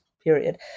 period